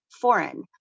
foreign